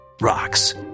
rocks